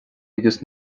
agus